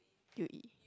u_e